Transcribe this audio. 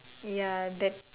ya that